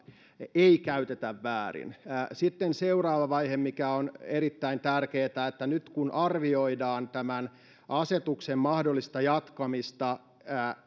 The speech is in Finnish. ei käytetä väärin sitten seuraava vaihe mikä on erittäin tärkeä on että nyt kun arvioidaan tämän asetuksen mahdollista jatkamista